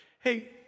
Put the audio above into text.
hey